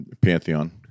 Pantheon